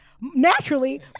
naturally